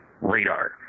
Radar